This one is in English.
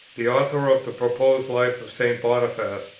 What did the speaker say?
the author of the proposed life of st. boniface,